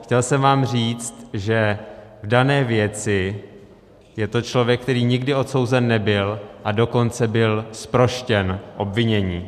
Chtěl jsem vám říct, že v dané věci je to člověk, který nikdy odsouzen nebyl, a dokonce byl zproštěn obvinění.